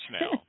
now